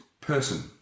person